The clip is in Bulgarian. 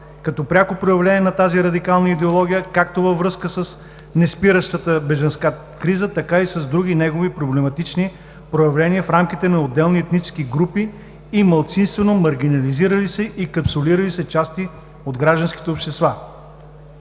като пряко проявление на тази радикална идеология – както във връзка с неспиращата бежанска криза, така и с други негови проблематични проявления в рамките на отделни етнически групи и малцинствено маргинализирали се и капсулирали се части от гражданските общества.